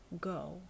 go